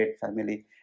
family